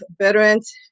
Veteran's